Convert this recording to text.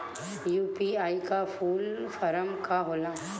UPI का full form का होला?